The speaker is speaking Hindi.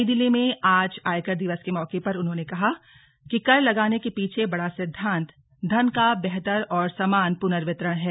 नई दिल्ली में आज आयकर दिवस के मौके पर उन्होंने कहा कि कर लगाने के पीछे बड़ा सिद्दान्त धन का बेहतर और समान पुनर्वितरण है